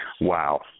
Wow